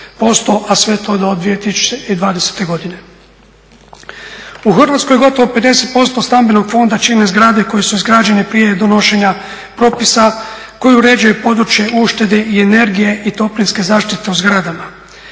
a sve to do 2020.godine. U Hrvatskoj gotovo 50% stambenog fonda čine zgrade koje su izgrađene prije donošenja propisa koji uređuje područje uštede i energije i toplinske zaštite u zgradama.